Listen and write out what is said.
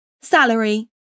Salary